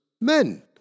men